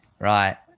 right